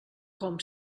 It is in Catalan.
com